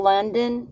London